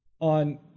on